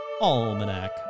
Almanac